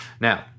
Now